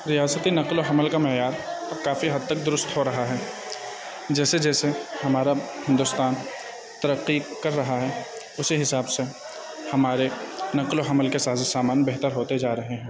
ریاستی نقل و حمل کا معیار کافی حد تک درست ہو رہا ہے جیسے جیسے ہمارا ہندوستان ترقی کر رہا ہے اسی حساب سے ہمارے نقل و حمل کے ساز و سامان بہتر ہوتے جا رہے ہیں